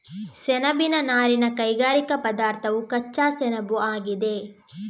ಸೆಣಬಿನ ನಾರಿನ ಕೈಗಾರಿಕಾ ಪದಾರ್ಥವು ಕಚ್ಚಾ ಸೆಣಬುಆಗಿದೆ